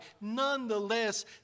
nonetheless